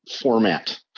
format